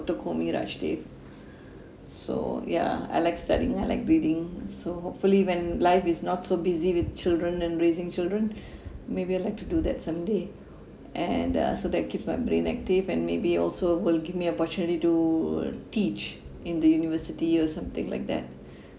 kaur miraj dave so ya I like studying I like reading so hopefully when life is not so busy with children and raising children maybe I'd like to do that someday and uh so that keeps my brain active and maybe also will give me opportunity to teach in the university or something like that